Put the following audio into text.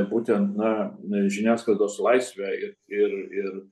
būtent na žiniasklaidos laisvę ir ir